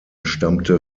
stammte